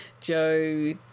Joe